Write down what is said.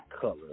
color